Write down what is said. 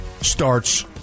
starts